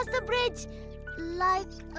ah the bridge like,